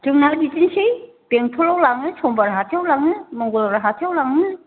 जोंनालाय बिदिनोसै बेंथलआव लाङो समबार हाथाइयाव लाङो मंगलबार हाथाइयाव लाङो